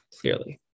clearly